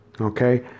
Okay